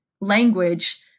language